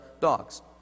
dogs